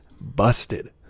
busted